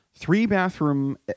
Three-bathroom